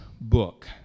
book